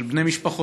של בני משפחותיהם,